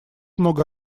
много